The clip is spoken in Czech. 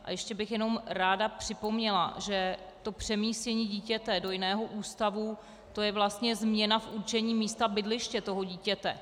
A ještě bych ráda připomněla, že přemístění dítěte do jiného ústavu, to je vlastně změna v určení místa bydliště toho dítěte.